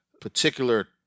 particular